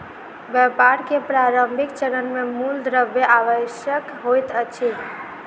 व्यापार के प्रारंभिक चरण मे मूल द्रव्य आवश्यक होइत अछि